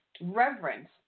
reverence